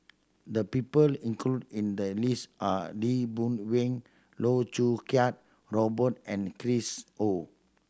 the people included in the list are Lee Boon Wang Loh Choo Kiat Robert and Chris Ho